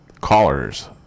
callers